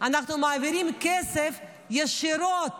אנחנו מעבירים כסף ישירות